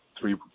three